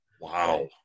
Wow